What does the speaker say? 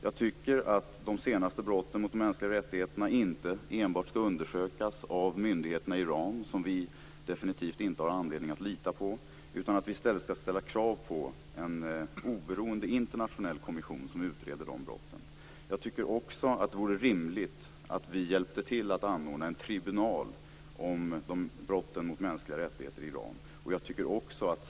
Jag tycker att de senaste brotten mot mänskliga rättigheter inte skall undersökas enbart av myndigheterna i Iran, som vi definitivt inte har anledning att lita på, utan vi skall ställa krav på en oberoende internationell kommission som utreder de brotten. Jag tycker också att det vore rimligt att vi hjälpte till att anordna en tribunal mot brotten mot de mänskliga rättigheterna i Iran.